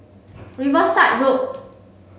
Riverside Road